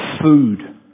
food